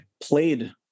played